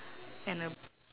and a